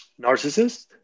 Narcissist